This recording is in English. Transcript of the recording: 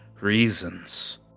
reasons